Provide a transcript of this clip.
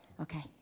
Okay